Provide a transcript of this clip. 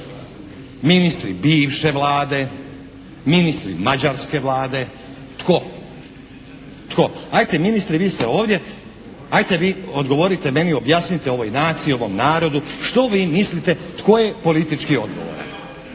ministri bivše Vlade, ministri mađarske Vlade, tko, tko? Ajte ministri vi ste ovdje ajte vi odgovorite meni objasnite ovoj naciji, ovom narodu što vi mislite tko je politički odgovoran.